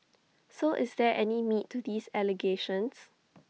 so is there any meat to these allegations